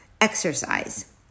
Exercise